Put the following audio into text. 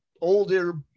older